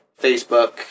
Facebook